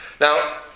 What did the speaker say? Now